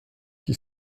qui